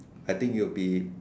I think you'll be